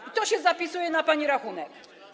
I to się zapisuje na pani rachunek.